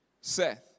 Seth